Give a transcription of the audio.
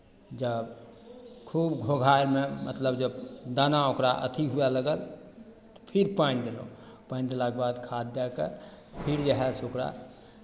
जब खूब घोघाइमे मतलब जब दाना ओकरा अथि हुए लागल फिर पानि देलहुँ पानि देलाके बाद खाद दए कऽ फेर जे हए से ओकरा